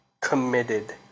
committed